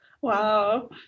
Wow